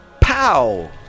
Pow